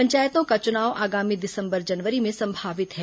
पंचायतों का चुनाव आगामी दिसंबर जनवरी में संभावित है